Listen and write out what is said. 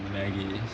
Maggie